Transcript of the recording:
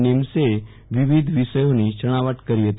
નિમશેએ વિવિધ વિષયોની છણાવટ કરી હતી